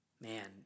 man